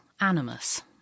animus